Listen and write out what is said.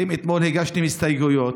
אתם אתמול הגשתם הסתייגויות,